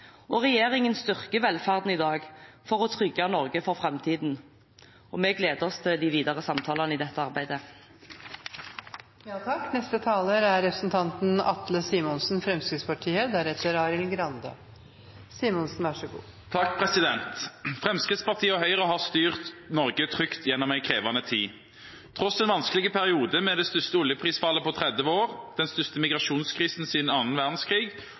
Regjeringen styrker velferden i dag for å trygge Norge for framtiden. Vi gleder oss til de videre samtalene i dette arbeidet. Fremskrittspartiet og Høyre har styrt Norge trygt gjennom en krevende tid. Tross en vanskelig periode med det største oljeprisfallet på 30 år, den største migrasjonskrisen siden annen verdenskrig